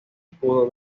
pudo